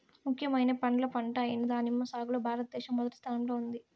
ముఖ్యమైన పండ్ల పంట అయిన దానిమ్మ సాగులో భారతదేశం మొదటి స్థానంలో ఉంది